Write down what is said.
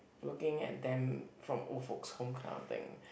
looking at them from old folk home kind of thing